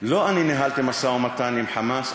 לא אני ניהלתי משא-ומתן עם "חמאס".